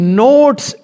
notes